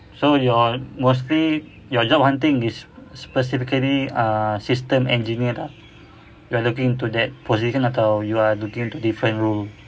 so you're mostly your job hunting specifically ah system engineer lah you are looking to that position atau you are looking into different role